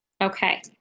Okay